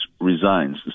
resigns